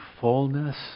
fullness